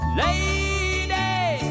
lady